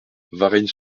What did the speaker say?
varennes